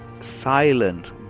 silent